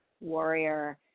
warrior